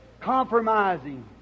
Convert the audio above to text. compromising